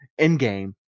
Endgame